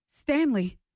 Stanley